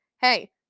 Hey